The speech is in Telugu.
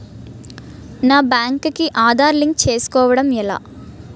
నా బ్యాంక్ కి ఆధార్ లింక్ చేసుకోవడం ఎలా?